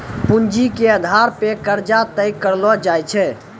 पूंजी के आधार पे कर्जा तय करलो जाय छै